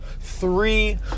three